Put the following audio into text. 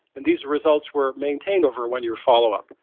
and these results were maintained over a one-year follow-up.